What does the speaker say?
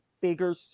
bigger